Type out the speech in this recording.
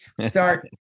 start